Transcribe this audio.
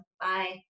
Bye